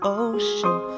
ocean